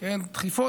דחיפות,